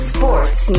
Sports